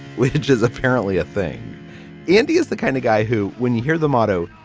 which is apparently a thing andy is the kind of guy who, when you hear the motto,